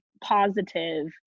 positive